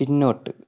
പിന്നോട്ട്